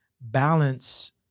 balance